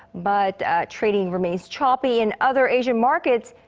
but trading remains choppy in other asian markets,